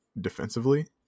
defensively